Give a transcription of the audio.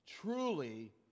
Truly